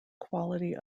quality